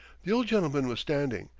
the old gentleman was standing,